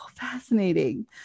fascinating